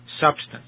substance